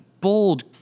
bold